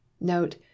Note